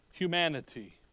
Humanity